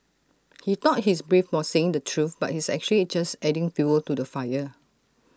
he thought he's brave for saying the truth but he's actually just adding fuel to the fire